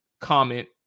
comment